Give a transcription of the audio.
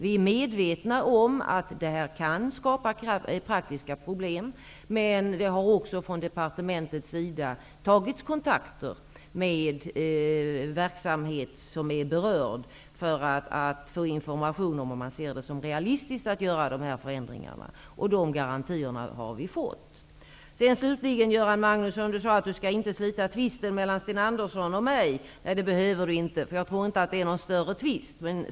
Vi är medvetna om att detta kan skapa praktiska problem, men från departementets sida har man tagit kontakt med berörd verksamhet för att få information om huruvida man anser det vara realistiskt att genomföra dessa förändringar. Sådana garantier har vi fått. Göran Magnusson sade att han inte tänkte slita tvisten mellan Sten Andersson och mig. Nej, det behöver han inte. Jag tror inte att det är fråga om någon större tvist.